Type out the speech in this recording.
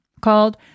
called